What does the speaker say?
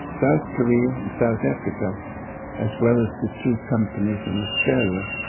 south korea and south africa as well as to two companies in australia.